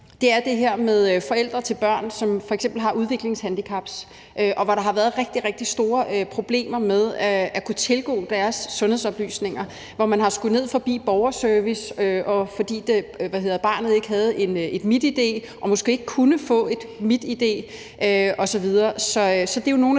er det her med forældre til børn, som f.eks. har udviklingshandicap, og hvor der har været rigtig, rigtig store problemer med at kunne tilgå deres sundhedsoplysninger, hvor man har skullet ned omkring borgerservice, fordi barnet ikke havde et MitID og måske ikke kunne få et MitID osv.